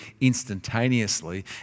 instantaneously